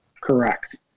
Correct